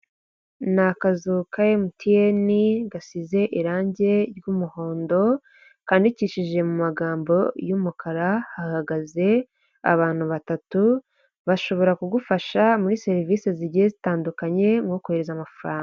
Ni akazu ka emutiyeni gasize irangi ry'umuhondo kandikishije mu magambo y'umukara, hahagaze abantu batatu bashobora kugufasha muri serivise zigiye zitandukanye nko kohereza amafaranga.